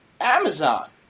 Amazon